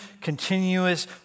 continuous